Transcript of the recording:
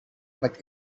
but